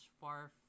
far